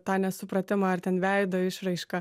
tą nesupratimą ar ten veido išraiška